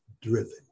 driven